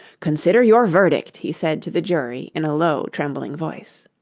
consider your verdict he said to the jury, in a low, trembling voice.